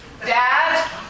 Dad